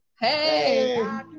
Hey